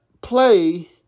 play